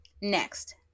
next